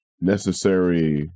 necessary